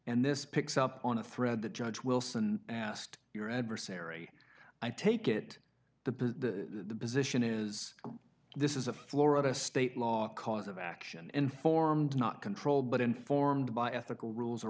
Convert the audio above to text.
and this picks up on a thread that judge wilson asked your adversary i take it the position is this is a florida state law because of action informed not controlled but informed by ethical